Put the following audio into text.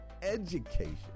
education